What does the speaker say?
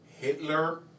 Hitler